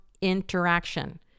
Interaction